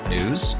News